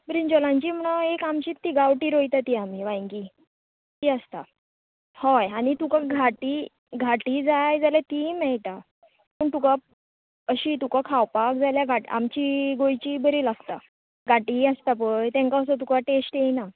ब्रनजलांची मुगो एक आमचीत ती गांवटीं रोयता तीं आमी वायंगी ती आसता हय आनी तुका घाटी घाटी जाय जाल्यार तीय मेळटा पूण तुका अशी तुका खावपाक जाय जाल्यार आमची गोंयचीं बरीं लागता घाटीं आसता पय तेंकां असो तुका टेस्ट एयना